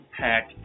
pack